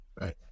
Right